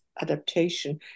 adaptation